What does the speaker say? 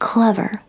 Clever